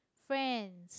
Friends